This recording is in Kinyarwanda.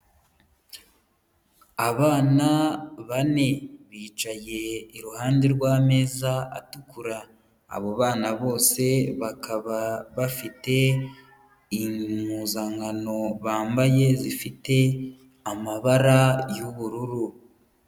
Abana bane bicaye iruhande rw'ameza atukura, abo bana bose bakaba bafite impuzankano bambaye zifite amabara y'ubururu.